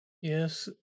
Yes